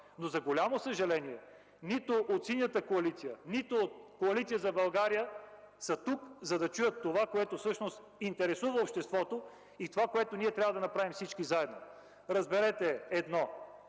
За голямо съжаление нито от Синята коалиция, нито от Коалиция за България са тук, за да чуят това, което всъщност интересува обществото, и това, което трябва да направим всички заедно. Разберете едно: